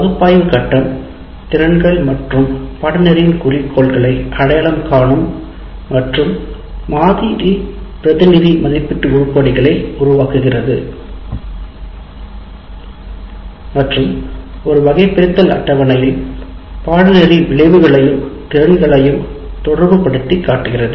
பகுப்பாய்வு கட்டம் திறன்கள் மற்றும் பாடநெறியின் குறிக்கோள்களை அடையாளம் காணும் மற்றும் மாதிரி பிரதிநிதி மதிப்பீட்டு உருப்படிகளை உருவாக்குகிறது மற்றும் ஒரு வகைபிரித்தல் அட்டவணையில் பாடநெறி விளைவுகளையும் திறன்களையும் தொடர்புபடுத்தி காட்டுகிறது